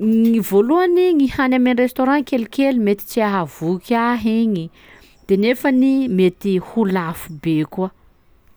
gny voalohany gny hany amen'ny restaurant kelikely mety tsy hahavoky ahy igny de nefany mety ho lafobe koa.